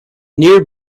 near